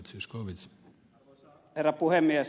arvoisa herra puhemies